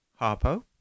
Harpo